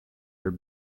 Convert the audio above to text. her